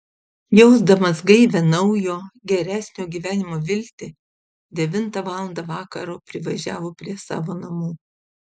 jausdamas gaivią naujo geresnio gyvenimo viltį devintą valandą vakaro privažiavo prie savo namų